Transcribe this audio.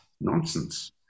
nonsense